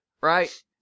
Right